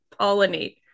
pollinate